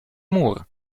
mur